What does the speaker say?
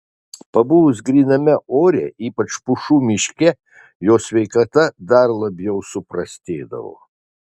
pabuvus gryname ore ypač pušų miške jo sveikata dar labiau suprastėdavo